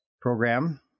Program